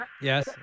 Yes